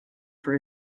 for